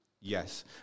Yes